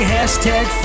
Hashtag